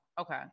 okay